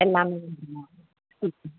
எல்லாமே வந்துடுமா ம்